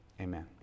Amen